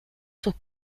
sus